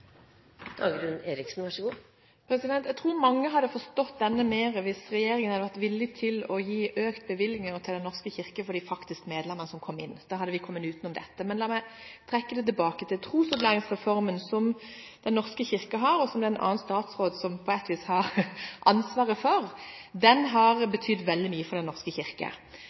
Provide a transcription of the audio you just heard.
Jeg tror mange hadde forstått dette bedre hvis regjeringen hadde vært villig til å gi økte bevilgninger til Den norske kirke for de faktiske medlemmene som kommer inn – da hadde vi kommet utenom dette. Men la meg trekke dette tilbake til trosopplæringsreformen som Den norske kirke har, og som det er en annen statsråd som på et vis har ansvaret for. Den har betydd veldig mye for Den norske kirke.